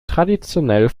traditionell